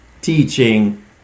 teaching